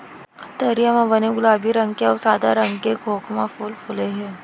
तरिया म बने गुलाबी रंग के अउ सादा रंग के खोखमा फूल फूले हे